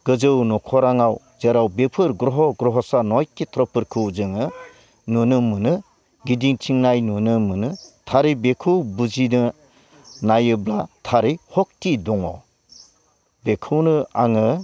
गोजौ नखोराङाव जेराव बेफोर ग्रह' ग्रह'सा नय खेथ्र'फोरखौ जोङो नुनो मोनो गिदिं थिंनाय नुनो मोनो थारै बेखौ बुजिनो नायोब्ला थारै सक्ति दङ बेखौनो आङो